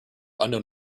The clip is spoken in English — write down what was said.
unknown